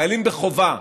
חיילים בחובה,